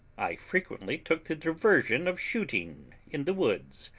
i frequently took the diversion of shooting in the woods,